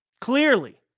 Clearly